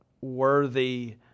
worthy